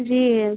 जी ma'am